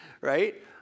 right